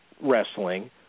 wrestling